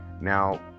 now